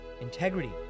Integrity